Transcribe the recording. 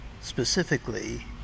specifically